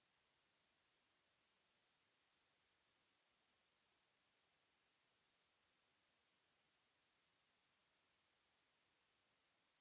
Merci